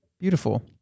Beautiful